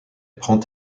prend